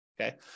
okay